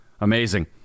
Amazing